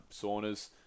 saunas